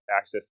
access